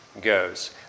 goes